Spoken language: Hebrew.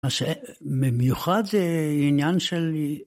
מה שבמיוחד זה עניין של...